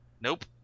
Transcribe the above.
Nope